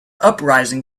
uprising